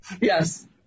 Yes